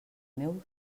meu